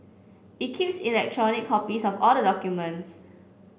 it keeps electronic copies of all the documents